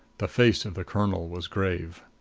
the face of the colonel was grave.